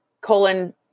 colon